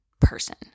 person